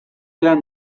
lan